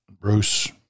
Bruce